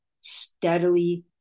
steadily